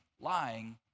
lying